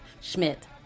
Schmidt